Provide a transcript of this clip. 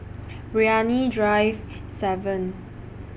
Brani Drive seven